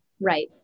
Right